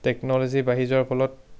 technology বাঢ়ি যোৱাৰ ফলত